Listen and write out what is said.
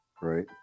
Right